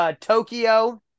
Tokyo